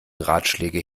ratschläge